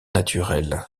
naturels